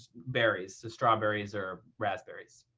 berries, so strawberries or raspberries.